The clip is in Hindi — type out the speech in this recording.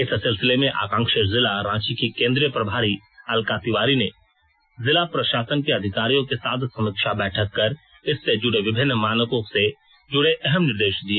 इस सिलसिले में आकांक्षी जिला रांची की केंद्रीय प्रभारी अलका तिवारी ने जिला प्रशासन के अधिकारियों के साथ समीक्षा बैठक कर इससे जुड़े विभिन्न मानकों से जुड़े अहम निर्देश दिए